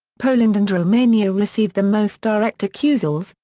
poland and romania received the most direct accusals,